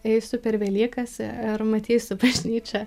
eisiu per velykas i ir matysiu bažnyčią